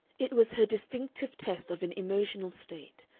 it was her distinctive test of an emotional state,